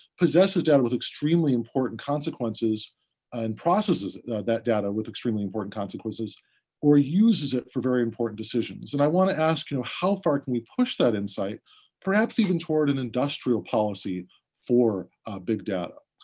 possesses data with extremely important consequences and processes that data with extremely important consequences or uses it for very important decisions. and i want to ask you know how far can we push that insight perhaps even toward an industrial policy for big data.